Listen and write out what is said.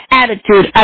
attitude